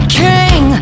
king